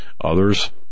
others